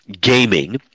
gaming